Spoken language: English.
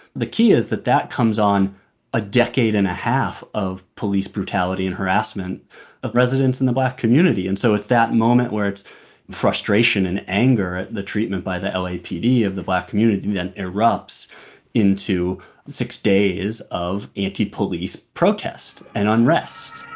the key is that that comes on a decade and a half of police brutality and harassment of residents in the black community. and so it's that moment where it's frustration frustration and anger at the treatment by the l. a. p. d. of the black community that erupts into six days of anti-police protest and unrest.